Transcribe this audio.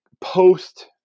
post